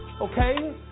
okay